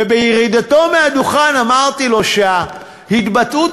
ובירידתו מהדוכן אמרתי לו שההתבטאות